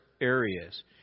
areas